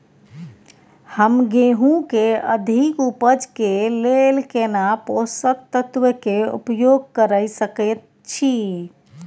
हम गेहूं के अधिक उपज के लेल केना पोषक तत्व के उपयोग करय सकेत छी?